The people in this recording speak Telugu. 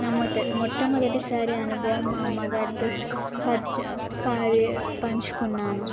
నా మొద మొట్టమొదటిసారి అనుభవం మా అమ్మ గారితో పరచు పంచుకున్నాను